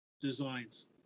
designs